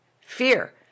fear